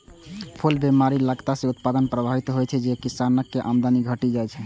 फूल मे बीमारी लगला सं उत्पादन प्रभावित होइ छै आ किसानक आमदनी घटि जाइ छै